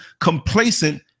complacent